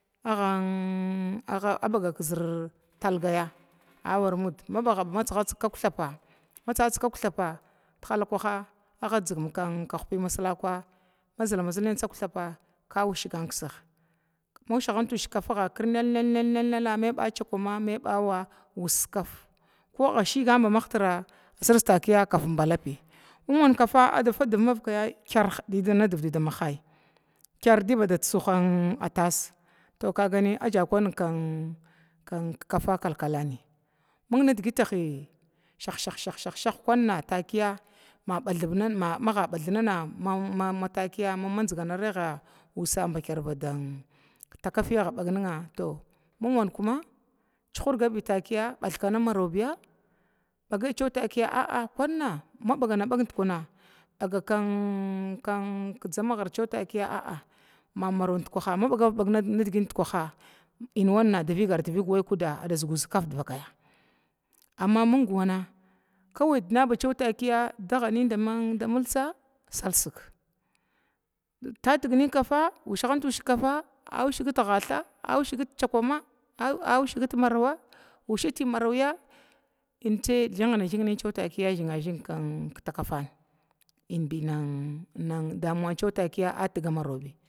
Aggann baga zirtalgaya matsiga kuhpiya matsatsig kuhthapa tsig ahpi ma silakwa mazima zingnin kuhthapa klushagan kiskig, ma ushigat ushiga kafaga kirnan nana maiba cakwama maibawa us kaf, ko bashirgan ba mahtira asirgasirg ta kafan balapi mingwankafa agga da fadiv kwuk div dida mahaya kyar diba bamahaya tasa ajja kunna kafa kalkalanbiya mingnidig tahi kuna shah shah hana maga bathnana, to kiya maziganaga vusa batar ba takafya abbagniga, to mingwathna cihurgabi dfakiya maro biya bagaitakiya a'a kunna mana bag badkuna thamagir takiya mamaro bandkwaha nidgin bandkwaha anwa da vigarwa vig waikuda zigu zig kaf divakaya, amma ming wana kawi nabatakiya daganin damaltsa fok salsig tatignin kafa ushigant ushiga ushigat gatha ushagat chakwama ashigit marawa marawya ontsim ghingna ghingnina takafan binbi damuwana a tagamarobi.